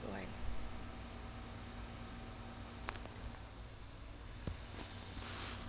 one